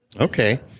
Okay